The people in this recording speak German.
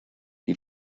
die